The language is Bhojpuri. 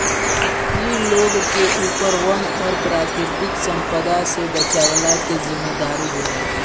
इ लोग के ऊपर वन और प्राकृतिक संपदा से बचवला के जिम्मेदारी होला